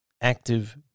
active